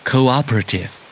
Cooperative